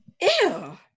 Ew